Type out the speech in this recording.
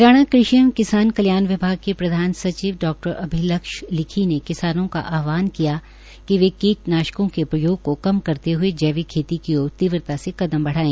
हरियाणा कृषि एवं किसान कल्याण विभाग के प्रधान सचिव डा अभिलक्ष लिखी ने किसानों को उदघाटन किया कि वे कीटनाशकों को प्रयोग को कम करते हुए जैविक खेती की ओर तीव्रता से कदम बढ़ाए